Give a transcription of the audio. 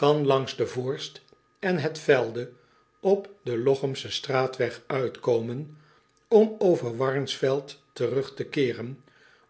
kan langs de vo o r s t en het ve l d e op den lochemschen straatweg uitkomen om over warnsveld terug te keeren